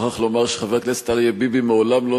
אני מוכרח לומר שחבר הכנסת אריה ביבי מעולם לא